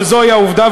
אבל זוהי העובדה,